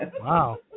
Wow